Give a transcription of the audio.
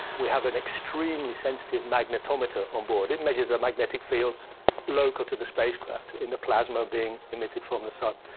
we have an extremely sensitive magnetometer on board. it measures the magnetic fields local to the spacecraft. and the plasma being emitted from the sun.